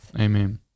Amen